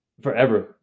forever